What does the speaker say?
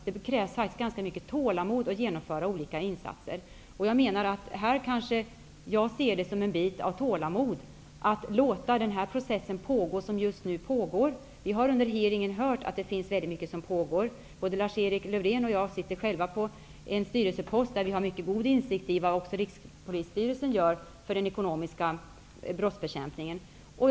Det krävs faktiskt ganska mycket tålamod att genomföra olika insatser. Jag ser det just som en fråga om tålamod att låta den process pågå som just nu pågår. Vi har under hearingen hört att det är mycket som pågår. Både Lars-Erik Lövdén och jag har själva styrelseposter som gör att vi har mycket god insikt i vad också Rikspolisstyrelsen gör för bekämpningen av den ekonomiska brottsligheten.